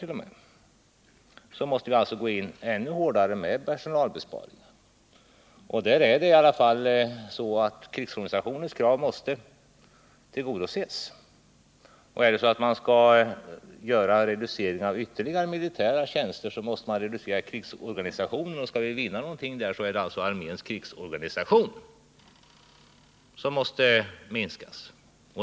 Det skulle innebära att vi måste göra ännu större personalbesparingar. Krigsorganisationens krav måste emellertid tillgodoses. Skall man reducera de militära tjänsterna ytterligare, måste man också reducera krigsorganisationen. Skall vi vinna någonting måste vi alltså minska arméns krigsorganisation.